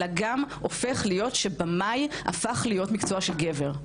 אלא גם הופך להיות שבמאי הפך להיות מקצוע של גבר.